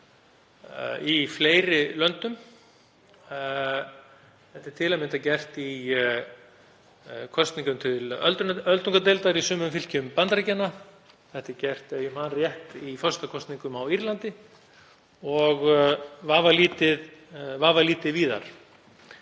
í fleiri löndum. Þetta er til að mynda gert í kosningum til öldungadeildar í sumum ríkjum Bandaríkjanna og, ef ég man rétt, í forsetakosningum á Írlandi og vafalítið víðar.